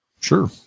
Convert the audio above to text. Sure